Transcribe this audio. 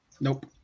Nope